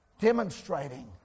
demonstrating